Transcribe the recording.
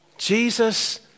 Jesus